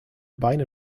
beine